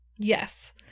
Yes